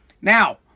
Now